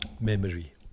memory